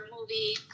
movie